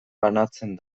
banatzen